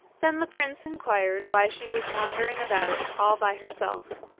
then the prince inquired why she was wandering about all by herself,